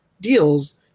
deals